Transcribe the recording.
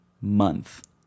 month